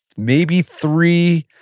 maybe three,